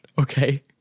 okay